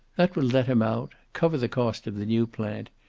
that would let him out, cover the cost of the new plant,